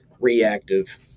reactive